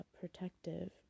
protective